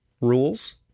rules